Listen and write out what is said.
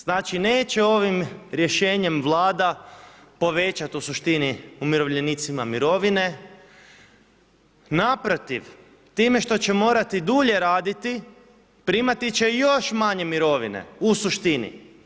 Znači neće ovim rješenjem Vlada povećati u suštini umirovljenicima mirovine, naprotiv, time što će morati dulje raditi primati će još manje mirovine, u suštini.